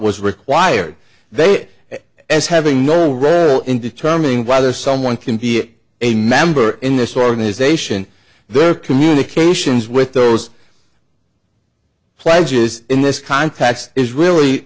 was required they as having no revel in determining whether someone can be a member in this organisation their communications with those pledges in this context is really